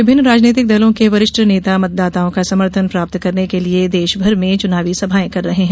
विभिन्न राजनैतिक दलों के वरिष्ठ नेता मतदाताओं का समर्थन प्राप्त करने के लिए देशभर में चुनावी सभाएं कर रहे हैं